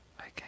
Okay